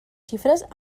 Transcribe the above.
xifres